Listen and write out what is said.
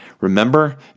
Remember